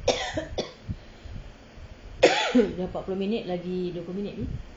dah empat puluh minit lagi dua puluh minit eh